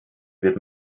wird